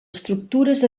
estructures